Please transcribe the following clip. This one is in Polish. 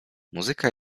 muzyka